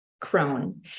crone